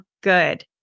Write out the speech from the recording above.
good